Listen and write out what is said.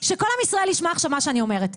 שכל עם ישראל עכשיו את מה שאני אומרת.